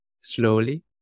slowly